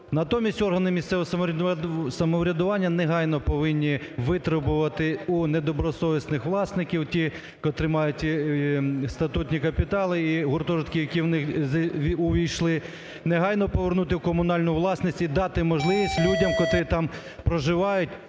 Натомість органи місцевого самоврядування негайно повинні витребувати у недобросовісних власників ті, котрі мають статутні капітали і гуртожитки, які увійшли, негайно повернути у комунальну власність і дати можливість людям, котрі там проживають,